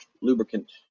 lubricant